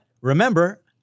remember –